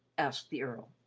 asked the earl.